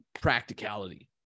practicality